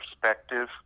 perspective